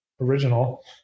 original